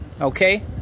Okay